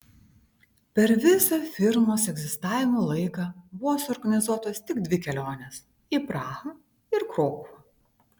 per visą firmos egzistavimo laiką buvo suorganizuotos tik dvi kelionės į prahą ir krokuvą